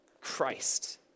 Christ